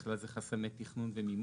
בכלל זה חסמי תכנון ומימון,